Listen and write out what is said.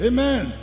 Amen